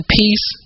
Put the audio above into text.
peace